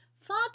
fuck